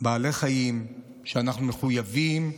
בעלי חיים, שאנחנו מחויבים לשלומם,